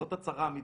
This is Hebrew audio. זאת הצרה האמיתית,